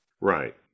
Right